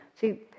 See